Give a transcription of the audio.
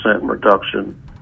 reduction